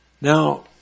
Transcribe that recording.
Now